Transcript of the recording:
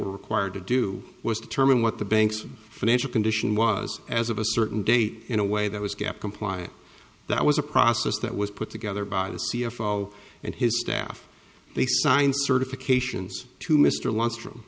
required to do was determine what the bank's financial condition was as of a certain date in a way that was gap compliant that was a process that was put together by the c f o and his staff they signed certifications to mr luntz room